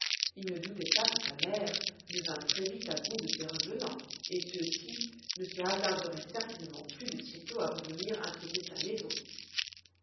il ne doutait pas que sa mère ne vînt très vite à bout de ces revenants et ceux-ci ne se hasarderaient certainement plus de si tôt à revenir inquiéter sa maison